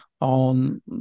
on